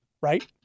right